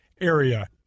area